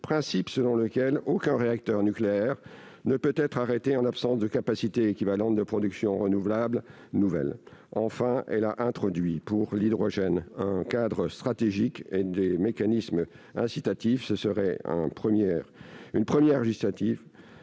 principe selon lequel aucun réacteur nucléaire ne peut être arrêté en l'absence de capacité équivalente de production renouvelable nouvelle. Enfin, elle a introduit pour l'hydrogène un cadre stratégique et des mécanismes incitatifs. Ce serait une première législative